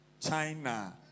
China